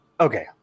okay